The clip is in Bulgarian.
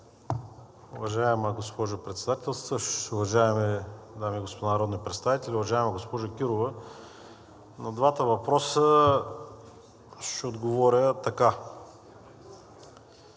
Уважаема госпожо Председател, уважаеми дами и господа народни представители, уважаема госпожо Кирова! На двата въпроса ще отговоря така,